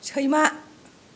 सैमा